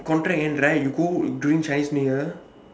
contract end right you go in during chinese new year